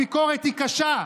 הביקורת היא קשה.